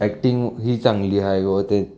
ॲक्टिंगही चांगली आहे व ते